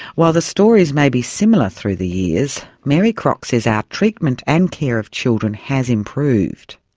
while the stories may be similar through the years, mary crock says our treatment and care of children has improved.